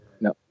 No